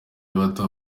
bato